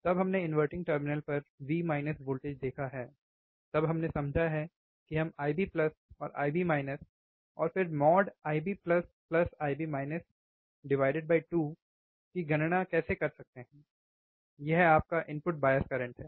तब हमने inverting terminal पर V वोल्टेज देखा है तब हमने समझा है कि हम IB और IB और फिर mod IB IB 2 की गणना कैसे कर सकते हैं यह आपका इनपुट बायस करंट है